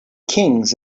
kings